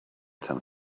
some